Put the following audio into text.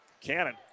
Cannon